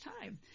time